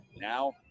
Now